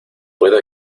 puedo